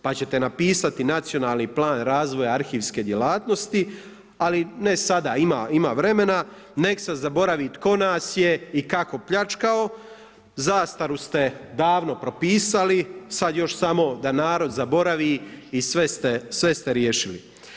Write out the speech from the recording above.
Pa ćete napisati nacionalni plan razvoja arhivske djelatnosti, ali ne sada, ima vremena, nek se zaboravi tko nas je i kako pljačkao, zastaru ste davno propisali, sad još samo da narod zaboravi i sve ste riješili.